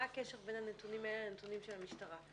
מה הקשר בין הנתונים האלה לנתונים של המשטרה?